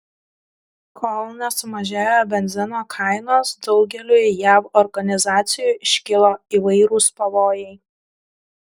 kol nesumažėjo benzino kainos daugeliui jav organizacijų iškilo įvairūs pavojai